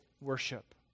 worship